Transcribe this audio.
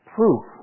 proof